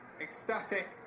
ecstatic